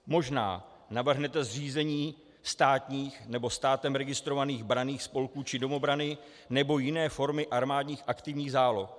Možná navrhnete zřízení státních nebo státem registrovaných branných spolků či domobrany nebo jiné formy armádních aktivních záloh.